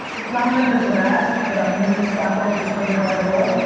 it's not meant as a raz, but i'm using this platform to explain how i roll.